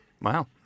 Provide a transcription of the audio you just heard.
wow